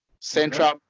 Central